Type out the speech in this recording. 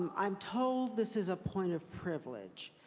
um i'm told this is a point of privilege.